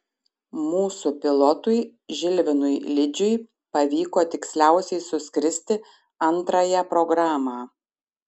mūsų pilotui žilvinui lidžiui pavyko tiksliausiai suskristi antrąją programą